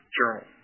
journal